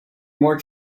more